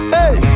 Hey